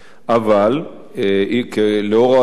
לאור הנתונים שהצגתי,